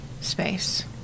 space